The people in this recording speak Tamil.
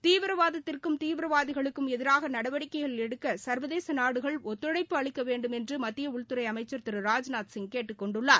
தீவிரவாதத்திற்கும் தீவிரவாதிகளுக்கும் எதிராக நடவடிக்கைகள் எடுக்க சர்வதேச நாடுகள் ஒத்துழைப்பு அளிக்கவேண்டும் என்று மத்திய உள்துறை அமைச்சர் திரு ராஜ்நாத் சிங் கேட்டுக்கொண்டுள்ளார்